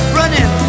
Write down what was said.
running